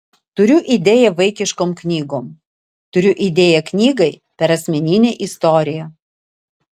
turiu idėją vaikiškom knygom turiu idėją knygai per asmeninę istoriją